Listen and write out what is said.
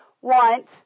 want